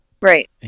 Right